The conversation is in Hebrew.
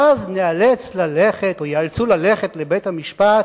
שאז ייאלצו ללכת לבית-המשפט